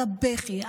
על הבכי,